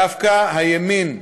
דווקא הימין,